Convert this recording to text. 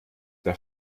der